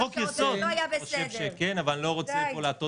אני חושב שכן, אבל אני לא רוצה פה להטעות.